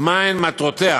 מה הן מטרותיה,